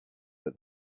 but